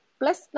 plus